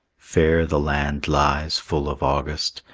fair the land lies, full of august,